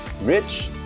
rich